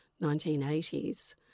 1980s